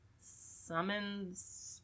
Summons